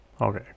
Okay